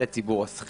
של ציבור השכירים,